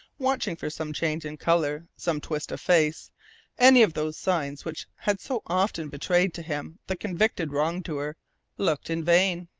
watching for some change in colour, some twist of face any of those signs which had so often betrayed to him the convicted wrongdoer looked in vain.